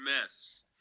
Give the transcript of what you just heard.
mess